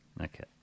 Okay